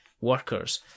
workers